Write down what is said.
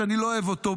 שאני לא אוהב אותו,